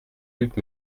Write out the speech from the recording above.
luc